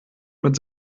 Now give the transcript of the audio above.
mit